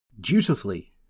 Dutifully